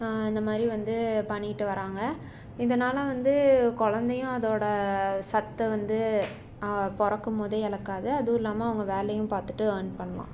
இந்தமாதிரி வந்து பண்ணிட்டு வர்றாங்க இதனால் வந்து குழந்தையும் அதோடய சத்தை வந்து பிறக்கும்போதே இழக்காது அதுவும் இல்லாமல் அவங்க வேலையும் பார்த்துட்டு ஏர்ன் பண்ணலாம்